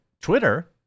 Twitter